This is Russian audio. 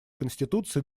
конституции